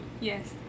Yes